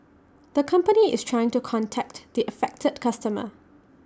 the company is trying to contact the affected customer